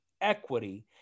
equity